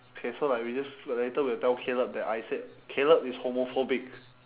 okay so like we just l~ later we'll tell caleb that I said caleb is homophobic